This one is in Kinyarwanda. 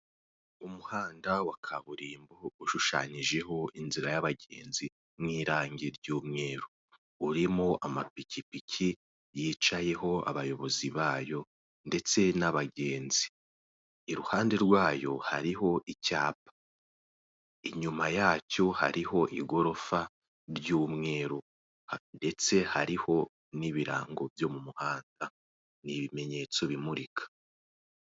Umuhanda wa kaburimbo ushushanyijeho inzira y'abagenzi n'irangi ry'umweru. Urimo amapikipiki yicayeho abayobozi bayo ndetse n'abagenzi. Iruhande rwayo hariho icyapa. Inyuma yacyo hariho igorofa ry'umweru ndetse n'ibirango byo mu muhanda; ni ibimenyetso bimurika.